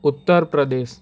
Uttar Pradesh